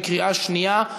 בקריאה שנייה.